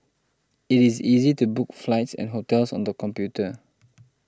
it is easy to book flights and hotels on the computer